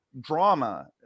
drama